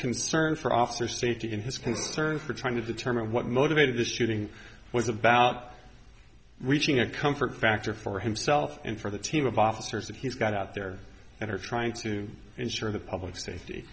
concern for officer safety and his concern for trying to determine what motivated the shooting was about reaching a comfort factor for himself and for the team of officers that he's got out there that are trying to ensure the public safety